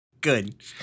Good